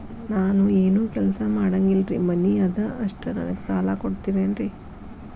ನಾನು ಏನು ಕೆಲಸ ಮಾಡಂಗಿಲ್ರಿ ಮನಿ ಅದ ಅಷ್ಟ ನನಗೆ ಸಾಲ ಕೊಡ್ತಿರೇನ್ರಿ?